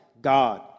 God